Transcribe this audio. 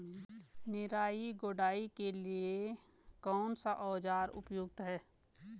निराई गुड़ाई के लिए कौन सा औज़ार उपयुक्त है?